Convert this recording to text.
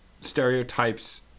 stereotypes